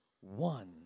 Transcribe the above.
One